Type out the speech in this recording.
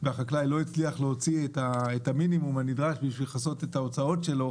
שבו החקלאי לא הצליח להפיק את המינימום הנדרש לכיסוי ההוצאות שלו,